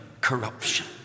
corruption